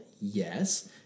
Yes